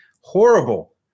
horrible